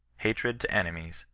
hatred to enemies,